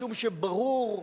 משום שברור,